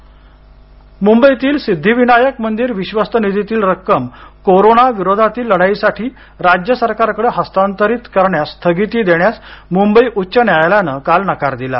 सिद्धिविनायक मुंबईतील सिद्धिविनायक मंदिर विश्वस्त निधीतील रक्कम कोरोनाविरोधातील लढाईसाठी राज्य सरकारकडं हस्तांतरित करण्यास स्थगिती देण्यास मुंबई उच्च न्यायालयानं काल नकार दिला